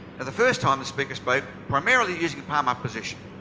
and the first time the speaker spoke primarily using palm up position.